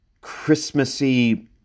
Christmassy